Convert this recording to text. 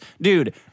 dude—